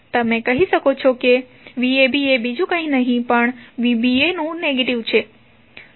તમે કહી શકો છો કે vabએ બીજુ કઇ નહીં પણ vbaનુ નેગેટિવ હશે